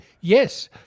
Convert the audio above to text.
yes